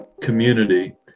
community